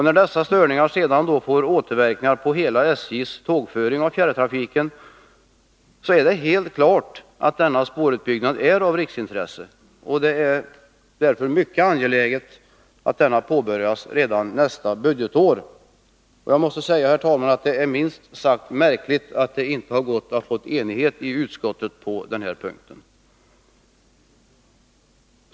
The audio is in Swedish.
När dessa störningar sedan får återverkningar på hela SJ:s tågföring i vad avser fjärrtrafiken är det helt klart att spårutbyggnaden är av riksintresse. Det är därför mycket angeläget att denna spårutbyggnad påbörjas redan nästa budgetår. Jag måste säga, herr talman, att det är minst sagt märkligt att det inte har gått att få enighet i utskottet på den här punkten.